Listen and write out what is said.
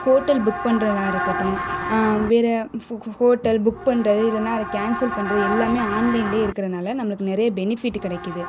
hotel book பண்றதா இருக்கட்டும் வேறு ஹோட்டல் புக் பண்ணுறது இல்லைன்னா அதை கேன்சல் பண்ணுறது எல்லாமே ஆன்லைன்லேயே இருக்கறதுனால நம்மளுக்கு நிறைய பெனிஃபிட்டு கெடைக்குது